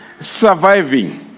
surviving